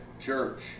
church